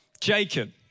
Jacob